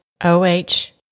O-H